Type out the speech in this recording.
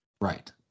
right